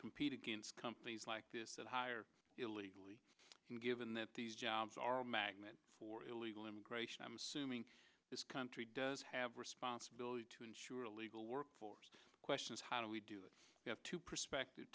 compete against companies like this that hire illegally given that these jobs are a magnet for illegal immigration i'm assuming this country does have responsibility to ensure a legal workforce questions how do we do it to perspective